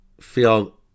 feel